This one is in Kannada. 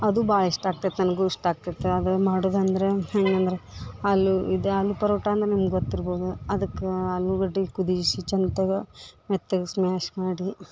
ಅದು ಭಾಳ ಇಷ್ಟ ಆಗ್ತೈತಿ ನನಗೂ ಇಷ್ಟ ಆಗ್ತೈತ ಅದ ಮಾಡುದಂದ್ರ ಹೇಗಂದ್ರ ಆಲು ಇದು ಆಲು ಪರೋಟ ಅಂದ್ರ ನಿಮ್ಗ ಗೊತ್ತಿರ್ಬೋದು ಅದಕ್ಕೆ ಆಲುಗಡ್ಡಿ ಕುದಿಸಿ ಚಂತಗ ಮೆತ್ತಗ ಸ್ಮ್ಯಾಷ್ ಮಾಡಿ